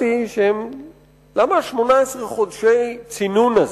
למה 18 חודשי צינון האלה?